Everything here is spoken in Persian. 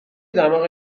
دماغ